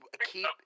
keep